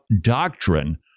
doctrine